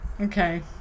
Okay